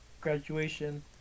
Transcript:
Graduation